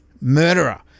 murderer